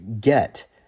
get